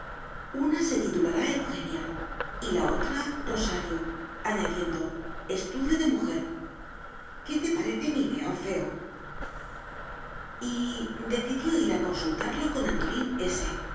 una se titulará eugenia y la otra rosario añadiendo estudio de mujer qué te parece de mi idea orfeo y decidió ir a consultarlo con antolín